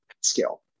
scale